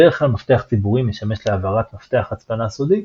בדרך כלל מפתח ציבורי משמש להעברת מפתח הצפנה סודי,